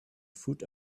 foot